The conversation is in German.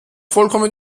vollkommen